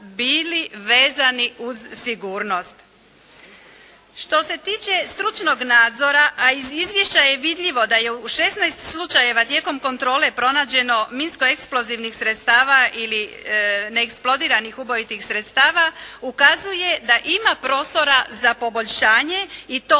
bili vezani uz sigurnost. Što se tiče stručnog nadzora, a iz izvješća vidljivo da je u 16 slučajeva tijekom kontrole pronađeno minsko-eksplozivnih sredstava ili neeksplodiranih ubojitih sredstava ukazuje da ima prostora za poboljšanje i to